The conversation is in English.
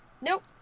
Nope